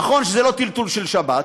נכון שזה לא טלטול של שבת,